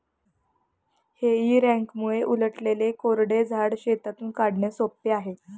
हेई रॅकमुळे उलटलेले कोरडे झाड शेतातून काढणे सोपे आहे